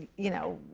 you know,